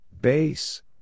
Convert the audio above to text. Base